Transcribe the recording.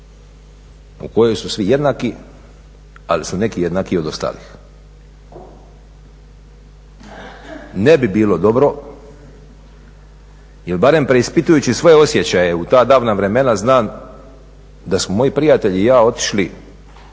u kojoj su svi jednaki ali su neki jednakiji od stalih. Ne bi bilo dobro jer barem preispitujući svoje osjećaje u ta davna vremena znam da su moji prijatelji i ja otišli,